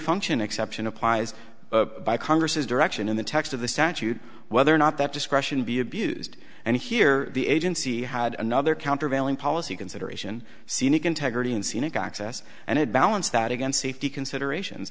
function exception applies by congress as direction in the text of the statute whether or not that discretion be abused and here the agency had another countervailing policy consideration scenic integrity and scenic access and it balance that against safety consideration